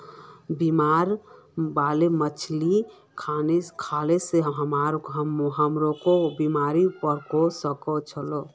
बीमारी बाला मछली खाल से हमरो बीमार पोरवा सके छि